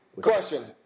Question